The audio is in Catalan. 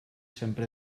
sempre